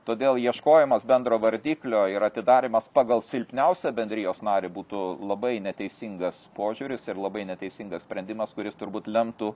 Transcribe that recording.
todėl ieškojimas bendro vardiklio ir atidarymas pagal silpniausią bendrijos narį būtų labai neteisingas požiūris ir labai neteisingas sprendimas kuris turbūt lemtų